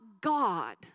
God